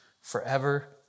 forever